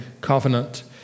covenant